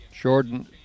Jordan